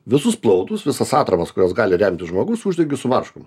visus plautus visas atramas kurios gali remtis žmogus uždengiu su marškom